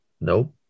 Nope